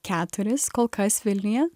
keturis kol kas vilniuje